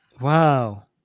Wow